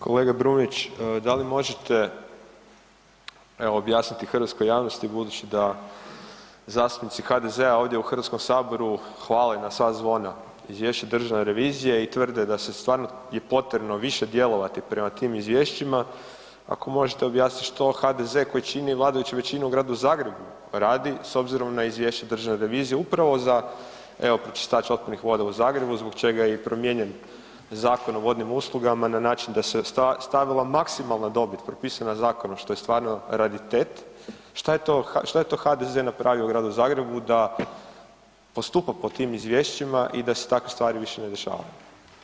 Kolega Brumnić da li možete objasniti hrvatskoj javnosti budući da zastupnici HDZ-a ovdje u Hrvatskom saboru hvale na sva zvona Izvješće Državne revizije i tvrde da stvarno je potrebno više djelovati prema tim izvješćima, ako možete objasniti što HDZ-e koji čini vladajuću većinu u Gradu Zagrebu radi s obzirom na Izvješće Državne revizije upravo za pročišćivač otpadnih voda u Zagrebu zbog čega je i promijenjen Zakon o vodnim uslugama na način da se stavila maksimalna dobit propisana zakonom što je stvarno raritet što je to HDZ-e napravio u Gradu Zagrebu da postupa po tim izvješćima i da se takve stvari više ne dešavaju?